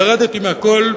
ירדתי מהכול,